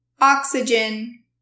oxygen